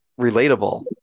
relatable